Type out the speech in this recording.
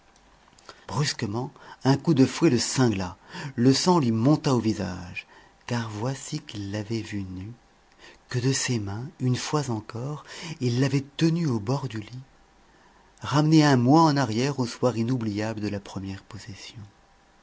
brusquement un coup de fouet le cingla le sang lui monta au visage car voici qu'il l'avait vue nue que de ses mains une fois encore il l'avait tenue au bord du lit ramené un mois en arrière au soir inoubliable de la première possession